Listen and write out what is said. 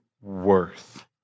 worth